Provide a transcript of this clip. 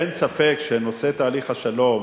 אין ספק שנושא תהליך השלום,